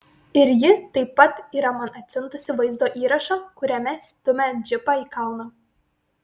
ir ji taip pat yra man atsiuntusi vaizdo įrašą kuriame stumia džipą į kalną